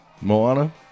Moana